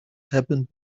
happened